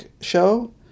show